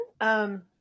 Um-